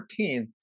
14